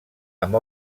amb